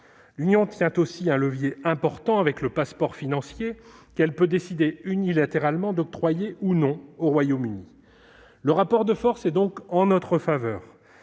L'Union tient aussi un levier important avec le passeport financier, qu'elle peut décider unilatéralement d'octroyer, ou non, au Royaume-Uni. Le rapport de force est donc en notre faveur,